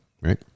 right